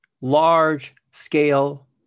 large-scale